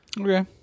Okay